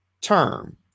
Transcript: term